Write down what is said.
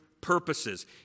purposes